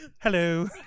Hello